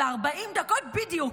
ו-40 דקות בדיוק,